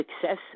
success